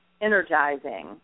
energizing